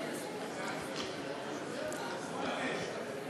זה רק בהידברות.